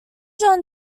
john